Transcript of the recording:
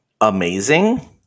amazing